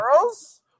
girls